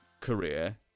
career